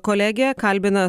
kolegė kalbina